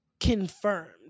Confirmed